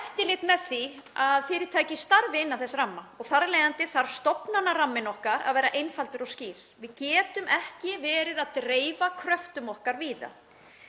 eftirlit með því að fyrirtæki starfi innan þess ramma. Þar af leiðandi þarf stofnanaramminn okkar að vera einfaldur og skýr. Við getum ekki verið að dreifa kröftum okkar víða.